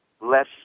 less